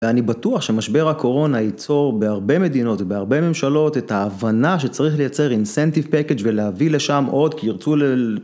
ואני בטוח שמשבר הקורונה ייצור בהרבה מדינות ובהרבה ממשלות את ההבנה שצריך לייצר אינסנטיב פקקג' ולהביא לשם עוד כי ירצו ל...